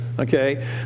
okay